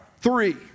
three